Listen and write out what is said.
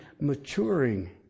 maturing